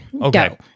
Okay